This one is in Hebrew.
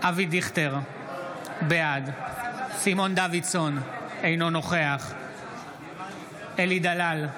אבי דיכטר, בעד סימון דוידסון, אינו נוכח אלי דלל,